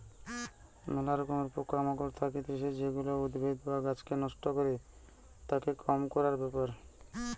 ম্যালা রকমের পোকা মাকড় থাকতিছে যেগুলা উদ্ভিদ বা গাছকে নষ্ট করে, তাকে কম করার ব্যাপার